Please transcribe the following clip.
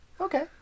Okay